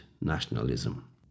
nationalism